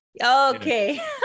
Okay